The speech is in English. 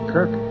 Kirk